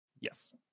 yes